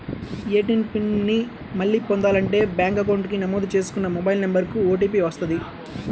ATM pin ని మళ్ళీ పొందాలంటే బ్యేంకు అకౌంట్ కి నమోదు చేసుకున్న మొబైల్ నెంబర్ కు ఓటీపీ వస్తది